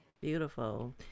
Beautiful